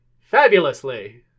Fabulously